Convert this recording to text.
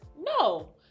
No